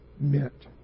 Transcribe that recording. meant